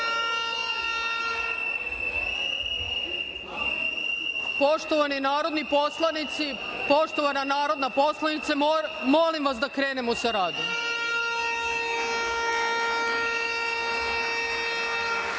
radom. Poštovani narodni poslanici, poštovane narodne poslanice, molim vas da krenemo sa